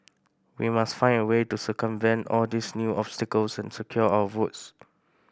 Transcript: we must find a way to circumvent all these new obstacles and secure our votes